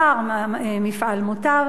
מפעל מוטב,